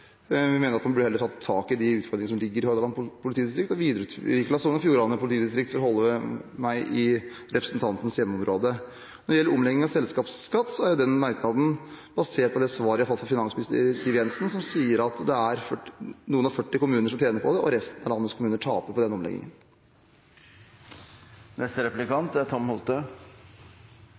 Vi mener at man heller burde tatt tak i de utfordringene som ligger i Hordaland politidistrikt og videreutviklet Sogn og Fjordane politidistrikt, for å holde meg i representantens hjemmeområde. Når det gjelder omlegging av selskapsskatt, er den merknaden basert på det svaret jeg har fått fra finansminister Siv Jensen, som sier at det er noen og førti kommuner som tjener på det, og resten av landets kommuner taper på den omleggingen.